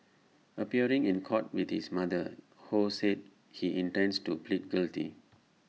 appearing in court with his mother ho said he intends to plead guilty